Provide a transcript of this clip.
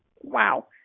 Wow